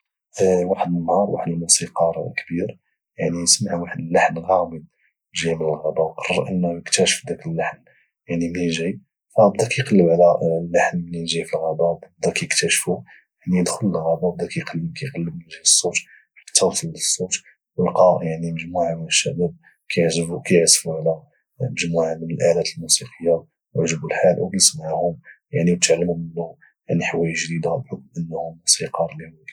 واحد النهار واحد الموسيقار كبير سمع واحد اللحن غامض جاي من الغابة وقرر انه يكتشف اللحن يعني منين جاي تيقلب على اللحن منين جاي في الغابة بدا كيكتاشفو يعني دخل للغابة وبقا كيقلب على منين جاي الصوت حتى وصل للصوت او لقى يعني مجموعة من الشباب كيعزفو على مجموعة من الألات الموسيقية او عجبو الحال او جلي معهم يعني او تعلمو منو يعني حوايج جديدة بحكم انه موسيقار اللي هو كبير